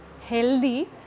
healthy